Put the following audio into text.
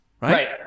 Right